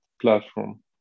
platform